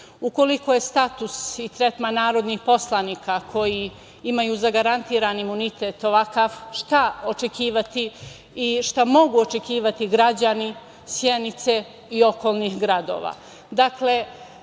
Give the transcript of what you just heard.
ljudima. Ukoliko je status i tretman narodnih poslanika koji imaju zagarantiran imunitet ovakav, šta očekivati i šta mogu očekivati građani Sjenice i okolnih gradova? Dakle,